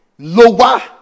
Lower